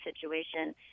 situation